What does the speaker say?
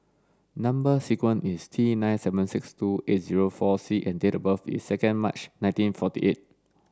number sequence is T nine seven six two eight zero four C and date of birth is second March nineteen forty eight